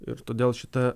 ir todėl šita